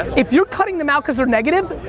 if you're cutting them out cause they're negative,